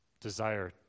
desire